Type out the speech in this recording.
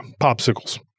Popsicles